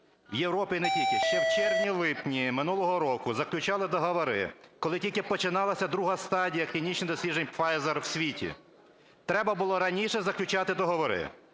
в Європі і не тільки ще в червні-липні минулого року заключали договори, коли тільки починалася друга стадія клінічних досліджень Pfizer в світі, треба було раніше заключати договори.